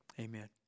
Amen